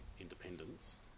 Independence